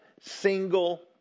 single